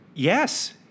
Yes